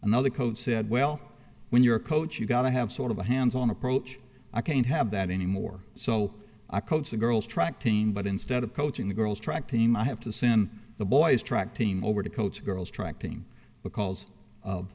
another coach said well when you're a coach you got to have sort of a hands on approach i can't have that anymore so i coach the girls track team but instead of coaching the girls track team i have to send the boys track team over to coach girls track team because of